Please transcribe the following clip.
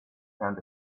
found